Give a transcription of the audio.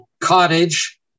cottage